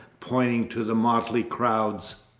pointing to the motley crowds.